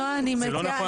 נעה,